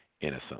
innocent